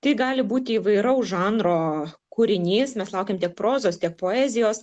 tai gali būti įvairaus žanro kūrinys mes laukiam tiek prozos tiek poezijos